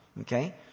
Okay